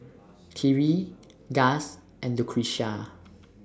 Khiry Gust and Lucretia